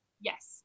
Yes